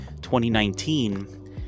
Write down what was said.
2019